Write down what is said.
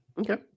Okay